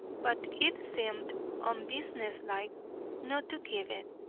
but it seemed unbusinesslike not to give it,